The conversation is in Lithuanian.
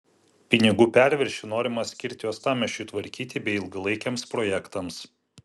pinigų perviršį norima skirti uostamiesčiui tvarkyti bei ilgalaikiams projektams